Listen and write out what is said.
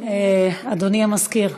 אדוני המזכיר,